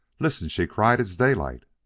listen! she cried. it's daylight!